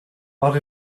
but